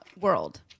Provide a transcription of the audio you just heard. world